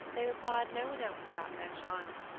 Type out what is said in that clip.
they required no one else about their child.